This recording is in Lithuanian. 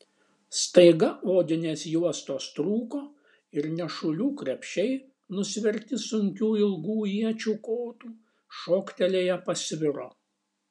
staiga odinės juostos trūko ir nešulių krepšiai nusverti sunkių ilgų iečių kotų šoktelėję pasviro